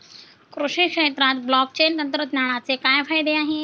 कृषी क्षेत्रात ब्लॉकचेन तंत्रज्ञानाचे काय फायदे आहेत?